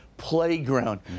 Playground